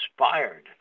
inspired